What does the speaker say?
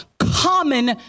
common